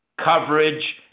coverage